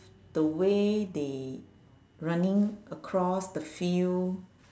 the way they running across the field